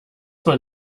man